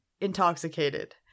intoxicated